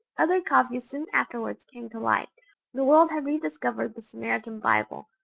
other copies soon afterwards came to light the world had rediscovered the samaritan bible!